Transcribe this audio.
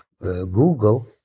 Google